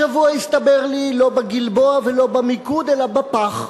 השבוע הסתבר לי, לא בגלבוע ולא במיקוד, אלא בפח,